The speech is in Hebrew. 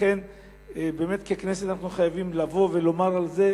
לכן, באמת ככנסת אנחנו חייבים לבוא ולומר על זה.